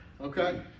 okay